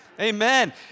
Amen